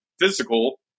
physical